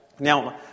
Now